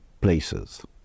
places